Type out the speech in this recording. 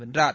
வென்றார்